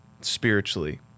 spiritually